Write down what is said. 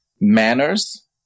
manners